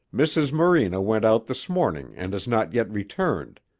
mrs. morena went out this morning and has not yet returned.